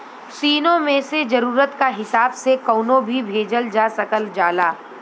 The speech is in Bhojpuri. तीनो मे से जरुरत क हिसाब से कउनो भी भेजल जा सकल जाला